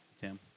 Tim